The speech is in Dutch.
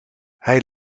hij